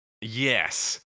Yes